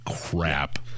crap